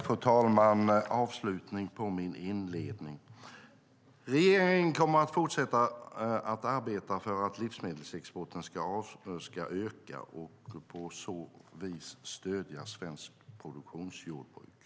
Fru talman! Jag ska avsluta min inledning. Regeringen kommer att fortsätta att arbeta för att livsmedelsexporten ska öka och på så vis stödja svenskt produktionsjordbruk.